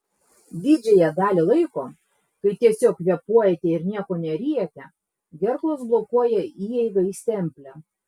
didžiąją dalį laiko kai tiesiog kvėpuojate ir nieko neryjate gerklos blokuoja įeigą į stemplę